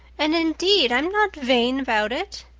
and indeed i'm not vain about it.